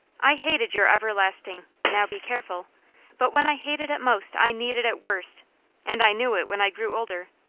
i hated your everlasting now be careful but when i hated it most, i needed it worst and i knew it, when i grew older.